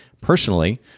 personally